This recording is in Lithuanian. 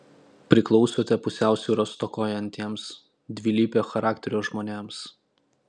priklausote pusiausvyros stokojantiems dvilypio charakterio žmonėms